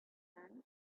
son